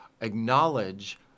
acknowledge